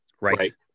Right